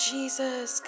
Jesus